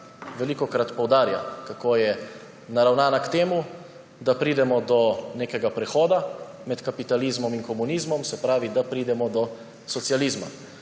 velikokrat poudarja, kako je naravnana k temu, da pridemo do nekega prehoda med kapitalizmom in komunizmom, se pravi, da pridemo do socializma.